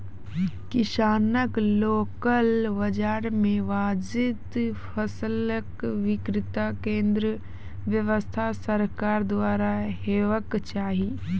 किसानक लोकल बाजार मे वाजिब फसलक बिक्री केन्द्रक व्यवस्था सरकारक द्वारा हेवाक चाही?